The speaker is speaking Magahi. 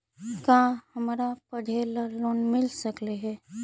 का हमरा पढ़े ल लोन मिल सकले हे?